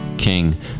King